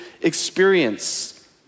experience